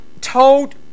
told